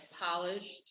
polished